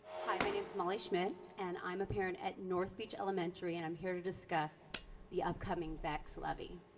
hi my name is molly schmidt and i'm a parent at north beach elementary and i'm here to discuss the upcoming bex levy.